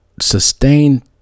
sustained